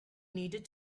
needed